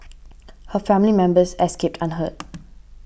her family members escaped unhurt